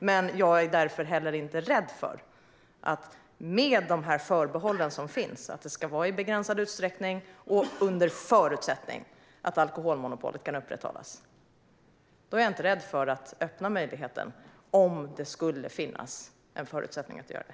Men jag är heller inte rädd för att med de förbehåll som finns - att det ska vara i begränsad utsträckning och under förutsättning att alkoholmonopolet kan upprätthållas - öppna möjligheten om det skulle finnas förutsättningar att göra det.